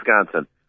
Wisconsin